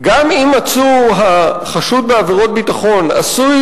"גם אם עצור החשוד בעבירות ביטחון עשוי